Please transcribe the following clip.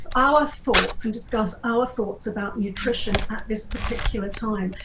our thoughts and discuss our thoughts about nutrition at this particular time.